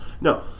No